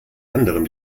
anderem